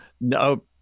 No